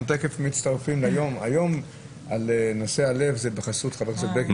אנחנו מיד נצטרף ליום הלב בחסות חבר הכנסת בגין.